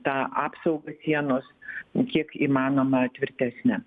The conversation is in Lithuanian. tą apsaugą sienos kiek įmanoma tvirtesnę